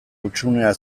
hutsunea